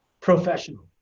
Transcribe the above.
professional